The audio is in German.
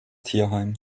tierheim